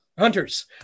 hunters